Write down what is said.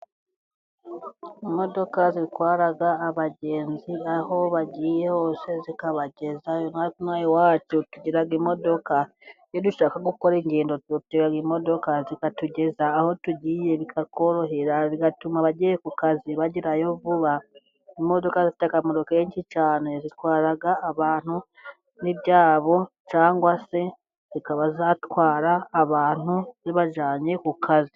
Imodoka zitwara abagenzi aho bagiye hose, zikabagezayo. Natwe ino aha iwacu, tugira imodoka . Iyo dushaka gukora ingendo , dutira imodoka zikatugeza aho tugiye, bikatworohera bigatuma abagiye ku kazi bagerayo vuba . Imodoka zifite akamaro kenshi cyane ,zitwara abantu n'ibyabo ,cyangwa se zikaba zatwara abantu zibajyanye ku kazi.